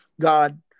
God